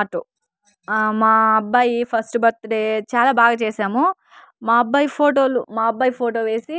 auto మా అబ్బాయి first birthday చాలా బాగ చేశాము మా అబ్బాయ్ ఫోటోలు మా అబ్బాయ్ ఫోటో వేసి